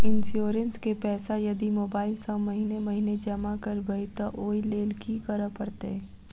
Insurance केँ पैसा यदि मोबाइल सँ महीने महीने जमा करबैई तऽ ओई लैल की करऽ परतै?